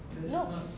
no